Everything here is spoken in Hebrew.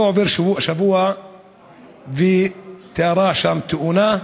לא עובר שבוע שלא תארע שם תאונה,